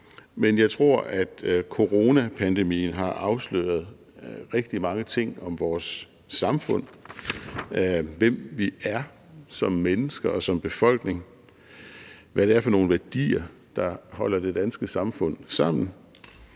Men jeg tror, at coronapandemien har afsløret rigtig mange ting om vores samfund, hvem vi er som mennesker og som befolkning; hvad det er for nogle værdier, der holder det danske samfund sammen;